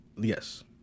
yes